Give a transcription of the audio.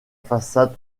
façade